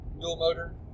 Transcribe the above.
dual-motor